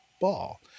ball